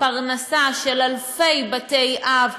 בפרנסה של אלפי בתי-אב,